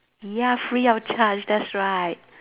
ya free of charge that's right